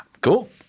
cool